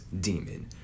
demon